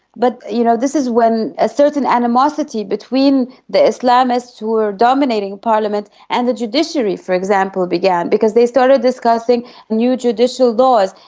but you know this is when a certain animosity between the islamists who were dominating parliament and the judiciary, for example, began, because they started discussing new judicial laws.